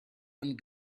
and